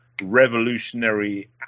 revolutionary